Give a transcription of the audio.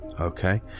okay